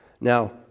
now